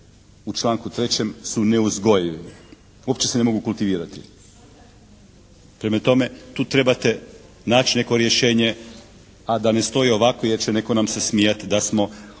u članku 3. su neuzgojivi. Uopće se ne mogu kultivirati. Prema tome, tu trebate naći neko rješenje a da ne stoji ovako jer će netko nam se smijati da smo